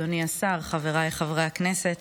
אדוני השר, חבריי חברי הכנסת,